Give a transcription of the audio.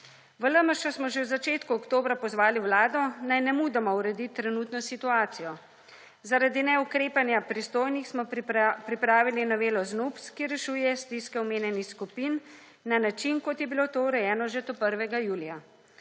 V LMŠ smo že v začetku oktobra pozvali vlado, naj nemudoma uredi trenutno situacijo. Zaradi neukrepanja pristojnosti smo pripravili novelo ZNUPZ, ki rešuje stiske omenjenih skupin na način, kot je bilo to urejeno že do 1. julija.